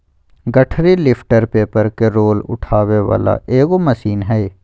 गठरी lifter paper के roll उठावे वाला एगो मशीन हइ